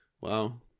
Wow